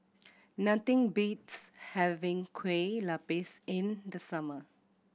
nothing beats having Kueh Lapis in the summer